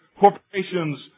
corporations